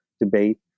debate